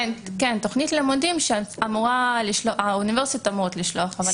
כן, תכנית לימודים שהאוניברסיטאות אמורות לשלוח.